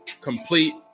complete